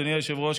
אדוני היושב-ראש,